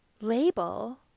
label